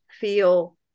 feel